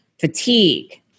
fatigue